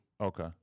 Okay